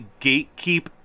gatekeep